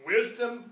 Wisdom